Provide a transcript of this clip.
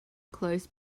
close